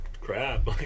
crap